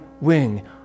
wing